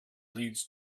leads